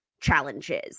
challenges